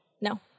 no